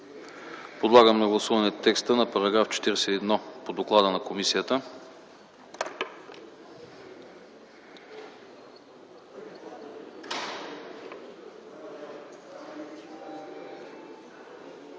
Подлагам на гласуване текста на § 49 по доклада на комисията.